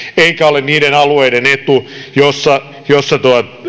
eikä se ole niiden alueiden etu joissa